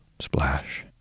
splash